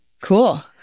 Cool